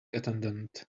attendant